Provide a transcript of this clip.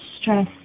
stress